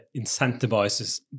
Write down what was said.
incentivizes